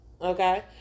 okay